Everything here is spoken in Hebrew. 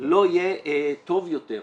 לא יהיה טוב יותר.